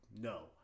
No